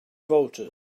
voters